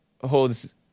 holds